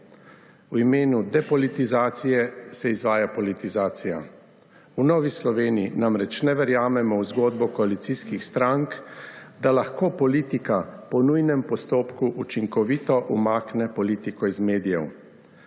V imenu depolitizacije se izvaja politizacija. V Novi Sloveniji namreč ne verjamemo v zgodbo koalicijskih strank, da lahko politika po nujnem postopku učinkovito umakne politiko iz medijev.